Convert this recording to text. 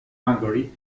hungary